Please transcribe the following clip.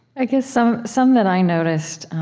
i guess some some that i noticed